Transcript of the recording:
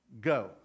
go